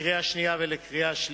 לקריאה שנייה ושלישית.